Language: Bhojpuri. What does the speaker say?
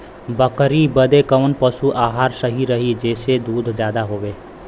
बकरी बदे कवन पशु आहार सही रही जेसे दूध ज्यादा होवे?